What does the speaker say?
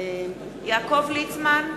יעקב ליצמן,